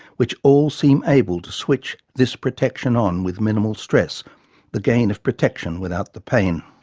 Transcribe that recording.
which all seem able to switch this protection on with minimal stress the gain of protection without the pain.